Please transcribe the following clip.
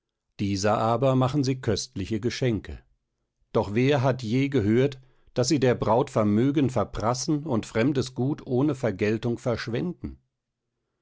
dieser aber machen sie köstliche geschenke doch wer hat je gehört daß sie der braut vermögen verprassen und fremdes gut ohne vergeltung verschwenden